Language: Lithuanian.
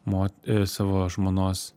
mot savo žmonos